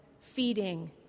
feeding